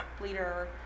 leader